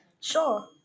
Sure